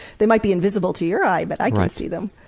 they might be invisible to your eye but i can see them.